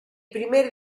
primer